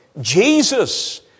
Jesus